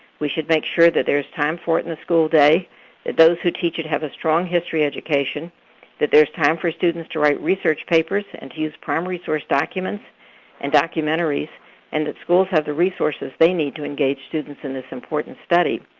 we should make sure that there is time for it in the school day that those who teach it have a strong history education that there' s time for students to write research papers and to use prime resource documents and documentaries and that schools have the resources they need to engage students in this important study.